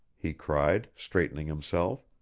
he cried, straightening himself.